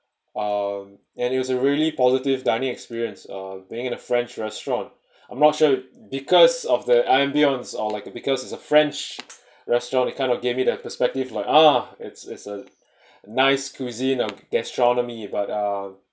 um and it was a really positive dining experience uh being in a french restaurant I'm not sure because of their ambience or like it because is a french restaurant it kind of give me that perspective like ah it's is a nice cuisine of gastronomy but um